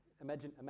Imagine